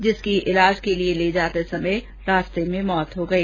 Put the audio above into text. जिसकी इलाज के लिए ले जाते समय रास्ते में मृत्यु हो गई